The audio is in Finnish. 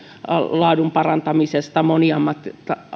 laadun parantamisesta